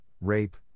rape